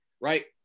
right